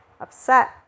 upset